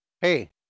Hey